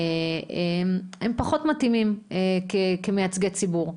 הם פחות מתאימים כמייצגי ציבור.